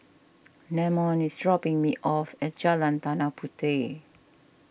Namon is dropping me off at Jalan Tanah Puteh